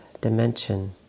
dimension